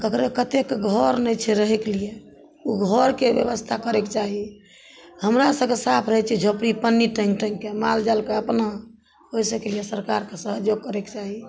ककरो कतेके घर नहि छै रहयके लिये उ घरके व्यवस्था करयके चाही हमरा सबके साँप रहय छै झोपड़ी पन्नी टाँगि टाँगिके माल जालके अपना ओइ सबके लिये सरकारके सहयोग करयके चाही